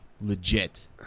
legit